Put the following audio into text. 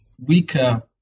weaker